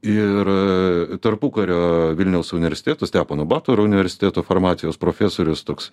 ir tarpukario vilniaus universiteto stepono batoro universiteto farmacijos profesorius toks